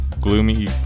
gloomy